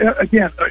Again